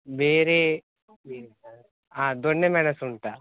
ಬೇರೆ ಹಾಂ ದೊಣ್ಣೆ ಮೆಣಸು ಉಂಟಾ